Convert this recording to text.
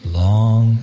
long